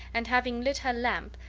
and, having lit her lamp,